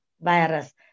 virus